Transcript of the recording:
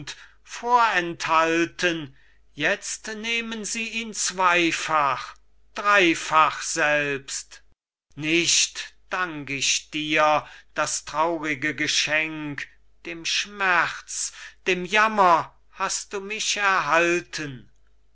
vorenthalten jetzt nehmen sie ihn zweifach dreifach selbst nicht dank ich dir das traurige geschenk dem schmerz dem jammer hast du mich erhalten